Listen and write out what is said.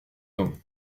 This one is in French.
raison